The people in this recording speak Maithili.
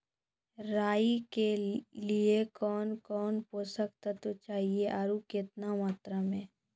राई के लिए कौन कौन पोसक तत्व चाहिए आरु केतना मात्रा मे?